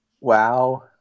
Wow